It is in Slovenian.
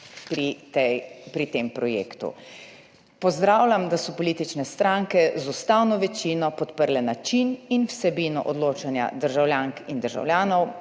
pri tem projektu: »Pozdravljam, da so politične stranke z ustavno večino podprle način in vsebino odločanja državljank in državljanov